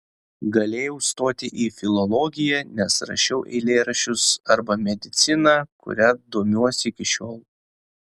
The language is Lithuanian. galėjau stoti į filologiją nes rašiau eilėraščius arba mediciną kuria domiuosi iki šiol